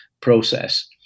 process